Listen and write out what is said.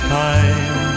time